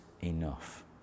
enough